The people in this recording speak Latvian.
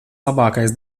labākais